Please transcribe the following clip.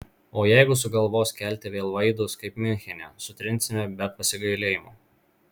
o jeigu sugalvos kelti vėl vaidus kaip miunchene sutrinsime be pasigailėjimo